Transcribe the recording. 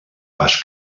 pas